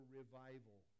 revival